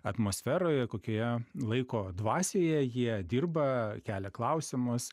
atmosferoje kokioje laiko dvasioje jie dirba kelia klausimus